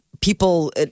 people